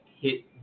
hit